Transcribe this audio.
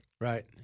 Right